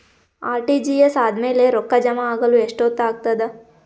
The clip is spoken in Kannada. ಆರ್.ಟಿ.ಜಿ.ಎಸ್ ಆದ್ಮೇಲೆ ರೊಕ್ಕ ಜಮಾ ಆಗಲು ಎಷ್ಟೊತ್ ಆಗತದ?